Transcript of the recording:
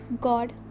God